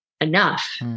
enough